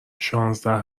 شانزده